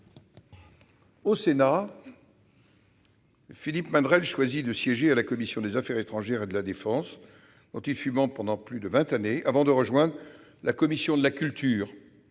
Au Sénat, Philippe Madrelle choisit de siéger à la commission des affaires étrangères et de la défense, dont il fut membre pendant plus de vingt ans avant de rejoindre la commission de la culture